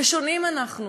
ושונים אנחנו,